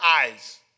eyes